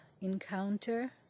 encounter